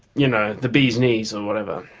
you know, the bees knees or whatever.